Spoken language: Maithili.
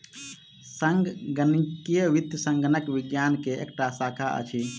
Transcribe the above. संगणकीय वित्त संगणक विज्ञान के एकटा शाखा अछि